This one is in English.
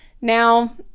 now